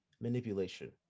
manipulation